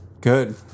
good